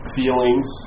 feelings